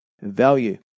value